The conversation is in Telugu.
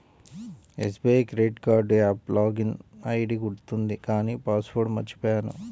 SBI credit card app login ID గుర్తుంది కానీ పాస్ వర్డ్ మర్చిపొయ్యాను